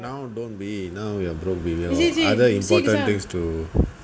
now don't wait now we are broke we got other important things to